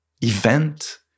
event